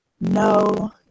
No